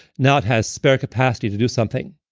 now it has spare capacity to do something.